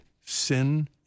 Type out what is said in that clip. sin